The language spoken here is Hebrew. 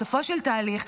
בסופו של תהליך,